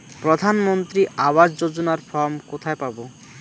প্রধান মন্ত্রী আবাস যোজনার ফর্ম কোথায় পাব?